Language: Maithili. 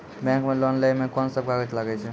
बैंक मे लोन लै मे कोन सब कागज लागै छै?